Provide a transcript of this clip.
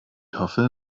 hoffe